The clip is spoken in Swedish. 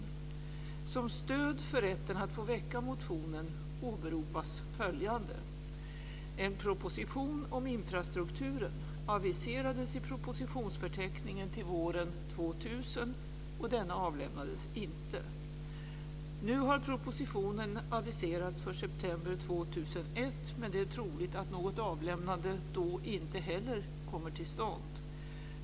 Som stöd för rätten att få väcka motionen åberopas följande. En proposition om infrastrukturen aviserades i propositionsförteckningen till våren 2000 och denna avlämnades inte. Nu har propositionen aviserats för september 2001 men det är troligt att något avlämnade då inte heller kommer till stånd.